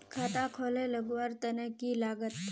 खाता खोले लगवार तने की लागत?